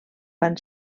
van